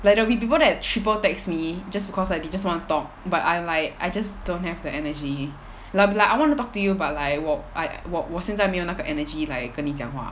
like there will be people that triple text me just because like they just want to talk but I'm like I just don't have the energy lik~ it'll be like I want to talk to you but like 我 I 我我现在没有那个 energy like 跟你讲话